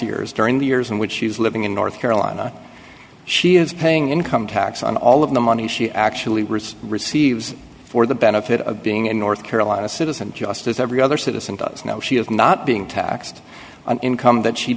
years during the years and we she's living in north carolina she is paying income tax on all of the money she actually receives for the benefit of being a north carolina citizen just as every other citizen does know she of not being taxed on income that she